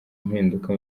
impinduka